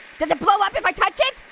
does it blow up if i touch it?